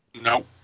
No